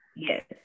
yes